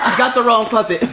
got the wrong puppet,